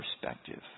perspective